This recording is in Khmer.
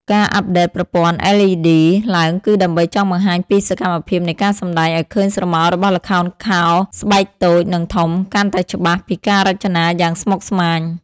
ការអាប់ដេតប្រព័ន្ធ LED ឡើងគឺដើម្បីចង់បង្ហាញពីសកម្មភាពនៃការសម្តែងឲ្យឃើញស្រមោលរបស់ល្ខោនខោស្បែកតូចនិងធំកាន់តែច្បាស់ពីការរចនាយ៉ាងស្មុគស្មាញ។